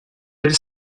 elle